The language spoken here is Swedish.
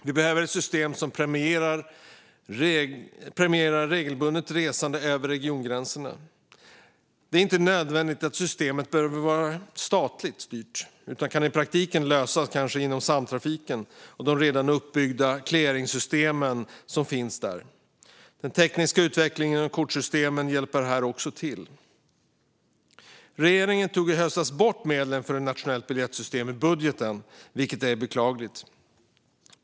Vi behöver ett system som premierar regelbundet resande över regiongränserna. Det är inte nödvändigt att systemet är statligt styrt, utan detta kan i praktiken lösas inom Samtrafiken och de redan uppbyggda clearingsystem som finns där. Den tekniska utvecklingen av kortsystemen hjälper också till här. Regeringen tog i höstas bort medlen för ett nationellt biljettsystem i budgeten, vilket är beklagligt.